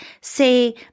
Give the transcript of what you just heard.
say